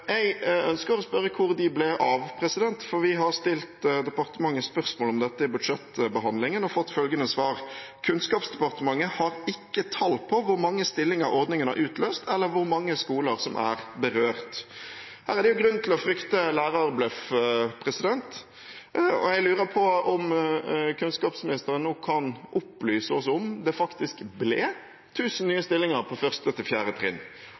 Jeg ønsker å spørre hvor de ble av, for vi har stilt departementet spørsmål om dette i budsjettbehandlingen og fått følgende svar: Kunnskapsdepartementet har ikke tall på hvor mange stillinger ordningen har utløst, eller hvor mange skoler som er berørt. Her er det jo grunn til å frykte lærerbløff, og jeg lurer på om kunnskapsministeren nå kan opplyse oss om det faktisk ble 1 000 nye stillinger på